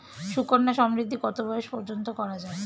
সুকন্যা সমৃদ্ধী কত বয়স পর্যন্ত করা যায়?